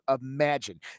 imagine